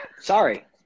sorry